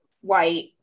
white